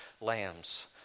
lambs